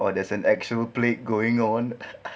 or there's an actual plague going on ha ha